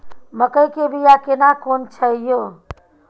मकई के बिया केना कोन छै यो?